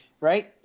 right